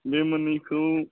बे मोननैखौ